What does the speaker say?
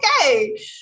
Okay